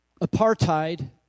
Apartheid